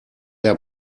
der